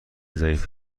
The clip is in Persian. ضعیف